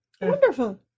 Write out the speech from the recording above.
Wonderful